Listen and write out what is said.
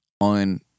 on